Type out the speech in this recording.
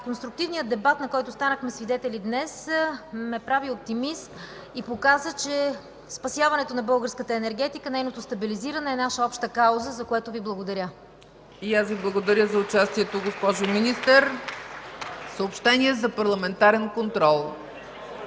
Конструктивният дебат, на който станахме свидетели днес, ме прави оптимист и показа, че спасяването на българската енергетика, нейното стабилизиране е наша обща кауза, за което Ви благодаря. (Ръкопляскания.) ПРЕДСЕДАТЕЛ ЦЕЦКА ЦАЧЕВА: И аз Ви благодаря за участието, госпожо Министър. Съобщения за парламентарен контрол